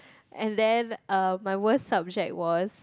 and then uh my worst subject was